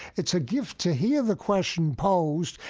it's a gift to hear the question posed,